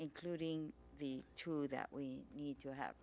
including the two that we need to have